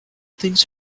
things